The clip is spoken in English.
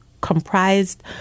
comprised